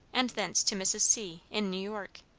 and thence to mrs. c, in new york.